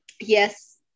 yes